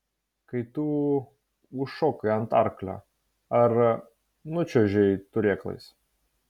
kai tu užšokai ant arklio ar nučiuožei turėklais